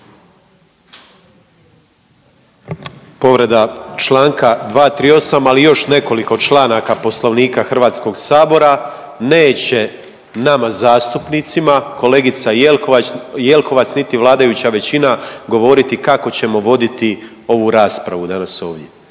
Povreda Članka 238., ali i još nekoliko članaka Poslovnika Hrvatskog sabora, neće nama zastupnicima kolegice Jeklovac niti vladajuća većina govoriti kako ćemo voditi ovu raspravu danas ovdje.